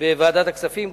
בוועדת הכספים,